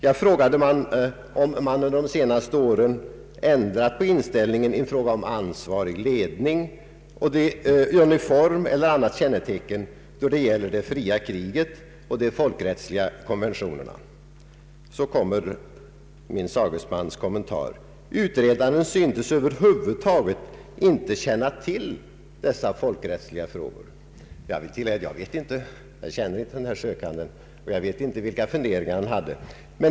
Jag frågade om man under de senaste åren ändrat på inställningen i fråga om ansvarig ledning i uniform eller med annat kännetecken då det gäller det fria kriget och de folkrättsliga konventionerna.” Så följer min sagesmans kommentar: ”Utredaren syntes över huvud taget inte känna till dessa folkrättsliga frågor.” Jag kan tillägga, att jag inte känner denna sökande, och jag vet inte vilka funderingar han hade.